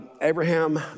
Abraham